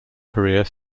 career